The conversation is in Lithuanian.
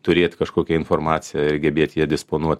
turėt kažkokią informaciją ir gebėt ja disponuot